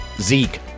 Zeke